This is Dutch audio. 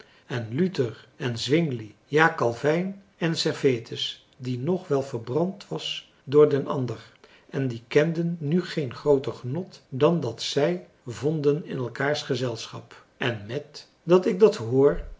en luther en zwingli ja calvijn en servetus die nog wel verbrand was door den ander en die kenden nu geen grooter genot dan dat zij vonden in elkaars gezelschap en met dat ik dat hoor